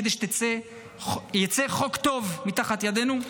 כדי שיצא חוק טוב מתחת ידנו,